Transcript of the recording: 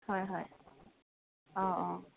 হয় হয় অঁ অঁ